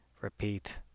repeat